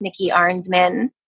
NikkiArnsman